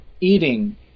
eating